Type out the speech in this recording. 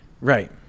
Right